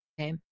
okay